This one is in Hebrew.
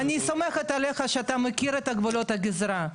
אני סומכת עליך שאתה מכיר את הגבולות הגזרה,